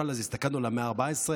אז הסתכלנו על המאה ה-14,